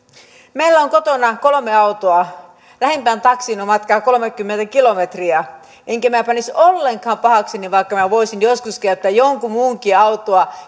meillä on kotona kolme autoa lähimpään taksiin on matkaa kolmekymmentä kilometriä enkä minä panisi ollenkaan pahakseni vaikka minä voisin joskus käyttää jonkun muunkin autoa